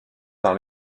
dans